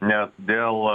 nes dėl